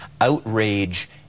outrage